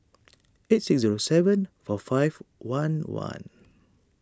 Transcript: eight six zero seven four five one one